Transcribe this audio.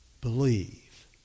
Believe